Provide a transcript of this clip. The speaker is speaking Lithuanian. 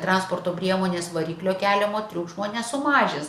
transporto priemonės variklio keliamo triukšmo nesumažins